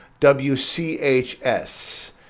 WCHS